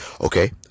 okay